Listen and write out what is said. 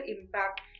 impact